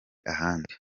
ahandi